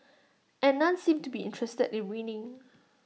and none seemed to be interested in winning